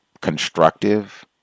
Constructive